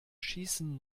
schießen